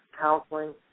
counseling